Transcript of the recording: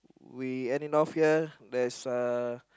we end it off here there's a